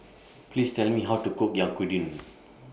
Please Tell Me How to Cook Yaki Udon